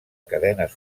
cadenes